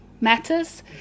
matters